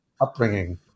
upbringing